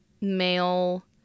male